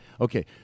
okay